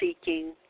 seeking